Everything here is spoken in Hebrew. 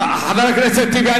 חבר הכנסת טיבי,